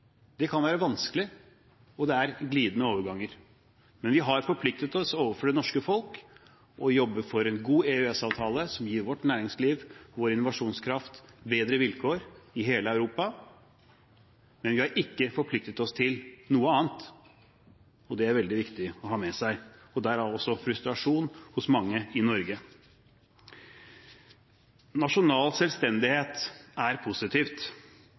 Det kan være vanskelig, og det er glidende overganger, men vi har forpliktet oss overfor det norske folk til å jobbe for en god EØS-avtale som gir vårt næringsliv og vår innovasjonskraft bedre vilkår i hele Europa, men vi har ikke forpliktet oss til noe annet, og det er veldig viktig å ha med seg – derav også frustrasjon hos mange i Norge. Nasjonal selvstendighet er positivt.